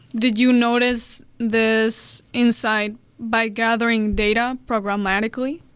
did you notice this insight by gathering data programmatically?